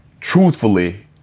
truthfully